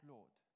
Lord